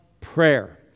prayer